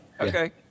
Okay